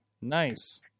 nice